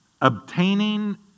Obtaining